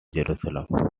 jerusalem